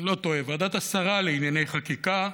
אני לא טועה, ועדת השרה לענייני חקיקה,